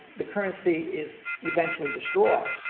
the currency is eventually destroyed.